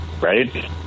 right